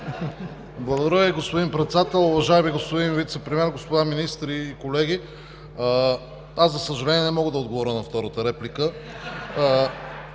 Благодаря Ви, господин Председател. Уважаеми господин Вицепремиер, уважаеми министри, колеги! Аз, за съжаление, не мога да отговоря на втората реплика.